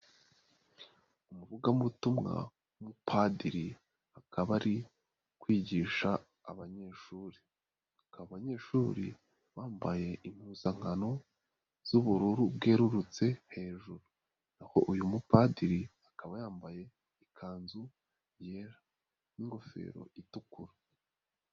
Umuvugabutumwa, umupadiri akaba ari kwigisha abanyeshuri, bakaba abanyeshuri bambaye impuzankano z'ubururu bwerurutse hejuru, aho uyu mupadiri akaba yambaye ikanzu yera n'ingofero itukura.